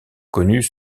connus